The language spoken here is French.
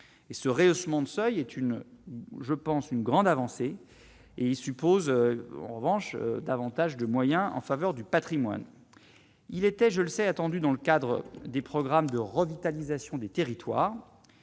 ce réhaussement de seuil est une je pense une grande avancée et suppose en revanche davantage de moyens en faveur du Patrimoine, il était, je le sais, attendus dans le cadre des programmes de revitalisation des territoires,